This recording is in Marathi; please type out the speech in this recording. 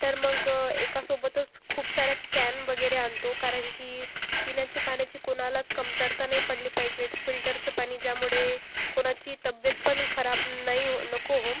तर मग एकासोबतच खूप साऱ्या कॅन वगैरे आणतो कारण की पिण्याच्या पाण्याची कोणालाच कमतरता नाही पडली पाहिजे फिल्टरचं पाणी ज्यामुळे कोणाची तब्येत पण खराब नाही हो नको हो